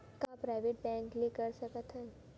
का private bank ले कर सकत हन?